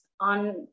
on